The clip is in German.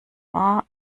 war